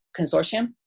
consortium